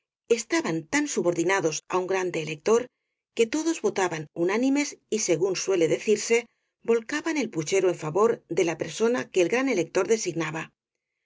estaban tan subordinados á un grande elector que todos votaban unánimes y según suele decirse volcaban el puchero en favor de la persona que el gran elector designaba ya